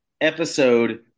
episode